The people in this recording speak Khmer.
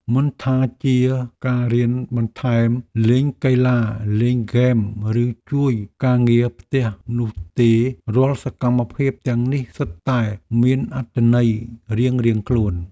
មិនថាជាការរៀនបន្ថែមលេងកីឡាលេងហ្គេមឬជួយការងារផ្ទះនោះទេរាល់សកម្មភាពទាំងនេះសុទ្ធតែមានអត្ថន័យរៀងៗខ្លួន។